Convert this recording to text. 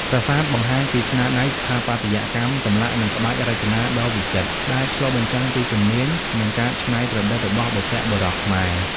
ប្រាសាទបង្ហាញពីស្នាដៃស្ថាបត្យកម្ម ចម្លាក់ និងក្បាច់រចនាដ៏វិចិត្រ ដែលឆ្លុះបញ្ចាំងពីជំនាញ និងការច្នៃប្រឌិតរបស់បុព្វបុរសខ្មែរ។